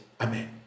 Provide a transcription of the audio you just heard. Amen